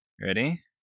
Ready